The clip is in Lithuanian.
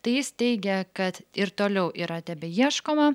tai jis teigia kad ir toliau yra tebeieškoma